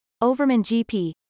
Overman-GP